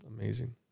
amazing